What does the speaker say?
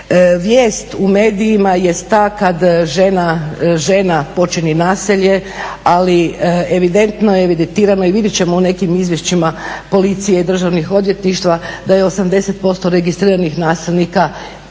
vijest u medijima jest ta kad žena počini nasilje. Ali evidentno je evidentirano i vidjet ćemo u nekim izvješćima policije i državnih odvjetništava da je 80% registriranih nasilnika ponovo